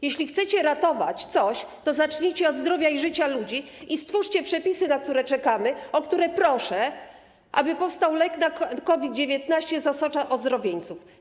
Jeśli chcecie coś ratować, to zacznijcie od zdrowia i życia ludzi i stwórzcie przepisy, na które czekamy, o które proszę, po to aby powstał lek na COVID-19 z osocza ozdrowieńców.